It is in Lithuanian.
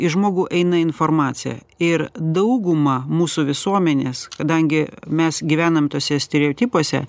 į žmogų eina informacija ir dauguma mūsų visuomenės kadangi mes gyvenam tuose stereotipuose